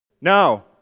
No